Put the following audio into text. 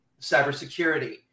cybersecurity